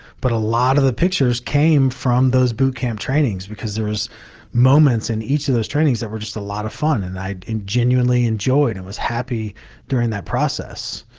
but a lot of the pictures came from those boot camp trainings, because there's moments in each of those trainings that were just a lot of fun, and i genuinely enjoyed and was happy during that process.